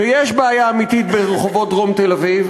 ויש בעיה אמיתית, ברחובות דרום תל-אביב?